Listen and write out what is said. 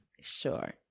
Sure